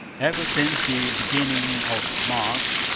ever since the beginning of march,